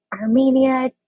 Armenia